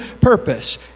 purpose